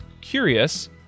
curious